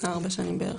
ארבע שנים בערך.